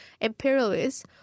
imperialists